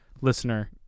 listener